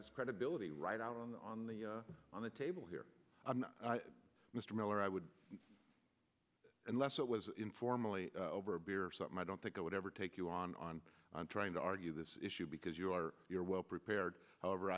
his credibility right out on the on the on the table here mr miller i would unless it was informally over a beer or something i don't think i would ever take you on on on trying to argue this issue because you are you're well prepared however